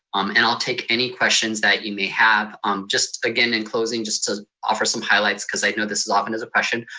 um and i'll take any questions that you may have. um just again, in closing, just to offer some highlights cause i know this is often is a question.